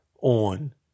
on